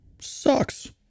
Sucks